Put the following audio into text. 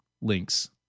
links